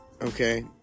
okay